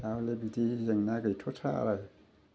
दा हले बिदि जेंना गैथ'थारा आरो